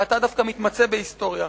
ואתה דווקא מתמצא בהיסטוריה,